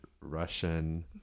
russian